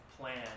plan